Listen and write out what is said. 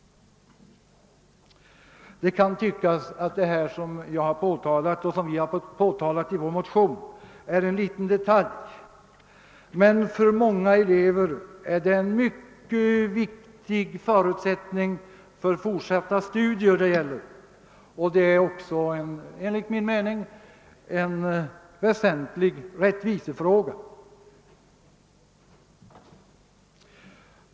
Man kan tycka att det som jag har påtalat här och som påtalats i vår motion är en liten detalj, men för många elever är detta en mycket viktig förutsättning för fortsatta studier. Det är också enligt min mening en väsentlig rättvisefråga.